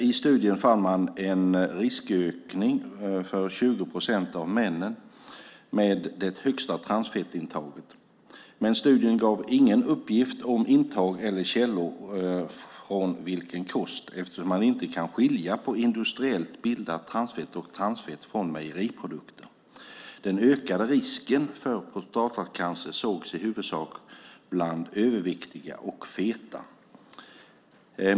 I studien fann man en riskökning för 20 procent av männen med det högsta transfettintaget, men studien gav ingen uppgift om intag eller källor från vilken kost eftersom man inte kan skilja på industriellt bildat transfett och transfett från mejeriprodukter. Den ökade risken för prostatacancer sågs i huvudsak bland överviktiga och feta.